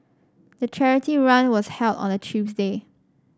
the charity run was held on a Tuesday